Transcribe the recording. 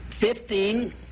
fifteen